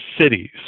cities